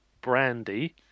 brandy